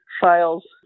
files